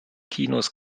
kinos